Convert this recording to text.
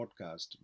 podcast